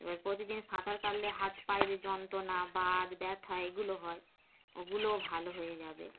এবার প্রতিদিন সাঁতার কাাললে হাত পায়েদের যন্ত্রণা বাদ ব্যথা এগুলো হয় ওগুলোও ভালো হয়ে যাবে